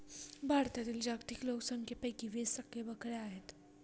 भारतातील जागतिक लोकसंख्येपैकी वीस टक्के बकऱ्या आहेत